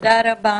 תודה רבה.